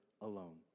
alone